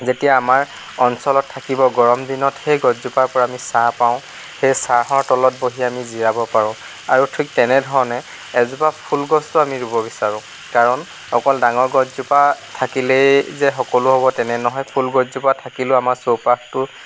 যেতিয়া আমাৰ অঞ্চলত থাকিব গৰম দিনত সেই গছজোপাৰ পৰা আমি ছাঁ পাওঁ সেই ছাঁহৰ তলত বহি আমি জিৰাব পাৰোঁ আৰু ঠিক তেনেধৰণে এজোপা ফুলগছো আমি ৰুব বিচাৰোঁ কাৰণ অকল ডাঙৰ গছজোপা থাকিলেই যে সকলো হ'ব তেনে নহয় ফুল গছ জোপা থাকিলেও আমাৰ চৌপাশটো